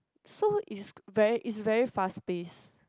so is very is very fast pace